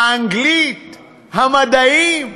האנגלית, המדעים.